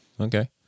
okay